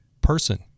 person